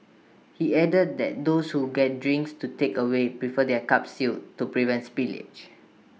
he added that those who get drinks to takeaway prefer their cups sealed to prevent spillage